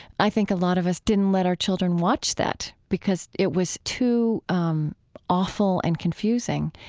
i think a lot of us didn't let our children watch that because it was too um awful and confusing.